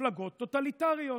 מפלגות טוטליטריות,